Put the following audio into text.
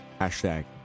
Hashtag